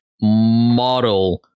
model